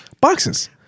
boxes